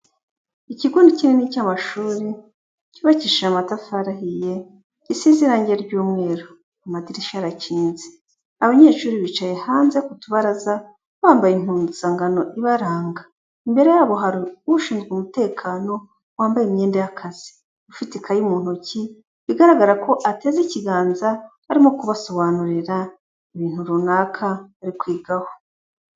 Ikigo ni kinini cy'amashuri, cyubakishije amatafari ahiye, gisize irange ry'umweru, amadirishya arakinze, abanyeshuri bicaye hanze ku tubaraza bambaye impunzangano ibaranga, imbere yabo hari ushinzwe umutekano wambaye imyenda y'akazi, ufate ikayeyi mu ntoki bigaragara ko ateze ikiganza arimo kubasobanurira ibintu runaka bari kwigaho.